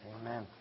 Amen